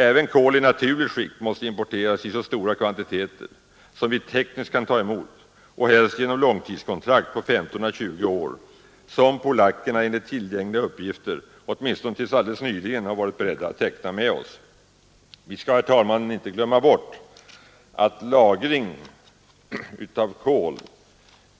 Även kol i naturligt skick måste importeras i så stora kvantiteter som vi tekniskt kan ta emot och helst genom långtidskontrakt på 15 å 20 år, som polackerna enligt tillgängliga uppgifter åtminstone till helt nyligen har varit beredda att teckna med oss. Vi skall, herr talman, inte heller glömma bort att lagring av kol